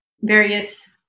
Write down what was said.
various